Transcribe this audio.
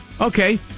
Okay